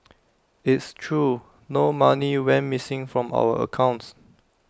it's true no money went missing from our accounts